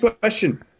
question